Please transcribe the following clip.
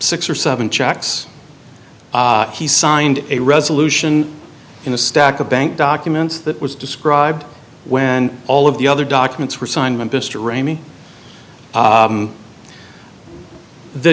six or seven checks he signed a resolution in a stack of bank documents that was described when all of the other documents were